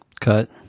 Cut